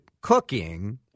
cooking